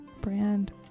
brand